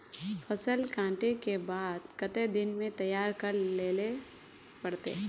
फसल कांटे के बाद कते दिन में तैयारी कर लेले पड़ते?